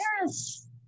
Yes